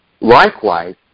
Likewise